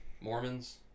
Mormons